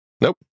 Nope